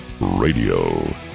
Radio